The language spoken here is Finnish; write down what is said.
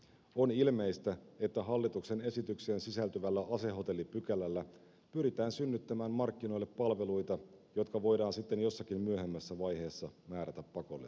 on ilmeistä että hallituksen esitykseen sisältyvällä asehotellipykälällä pyritään synnyttämään markkinoille palveluita jotka voidaan sitten jossakin myöhemmässä vaiheessa määrätä pakolliseksi